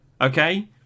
Okay